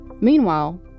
Meanwhile